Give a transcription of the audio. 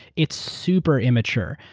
it's super immature.